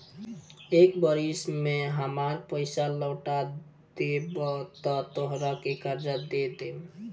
एक बरिस में हामार पइसा लौटा देबऽ त तोहरा के कर्जा दे देम